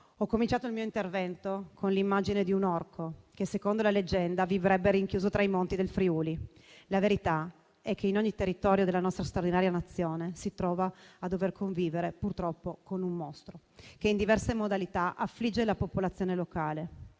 Ho cominciato il mio intervento con l'immagine di un orco che, secondo la leggenda, vivrebbe rinchiuso tra i monti del Friuli. La verità è che ogni territorio della nostra straordinaria Nazione si trova a dover convivere, purtroppo, con un mostro che in diverse modalità affligge la popolazione locale,